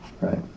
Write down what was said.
right